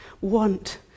want